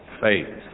faith